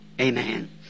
Amen